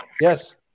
Yes